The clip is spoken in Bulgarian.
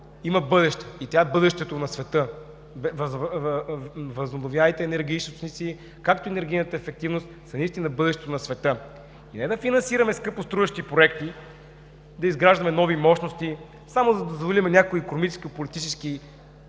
има бъдеще, и тя е бъдещето на света. Възобновяемите енергийни източници, както и енергийната ефективност са бъдещето на света. Не да финансираме скъпоструващи проекти – да изграждаме нови мощности само за да задоволим някои икономически и политически